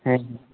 ᱦᱮᱸ